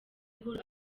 cool